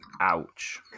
Ouch